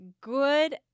good